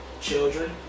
children